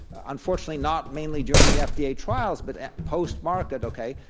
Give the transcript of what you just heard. unfortunately not mainly during the fda trials, but post-market, okay,